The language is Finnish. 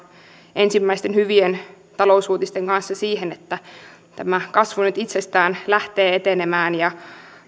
ensimmäisten hyvien talousuutisten kanssa siihen että tämä kasvu nyt itsestään lähtee etenemään ja